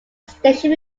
station